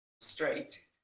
straight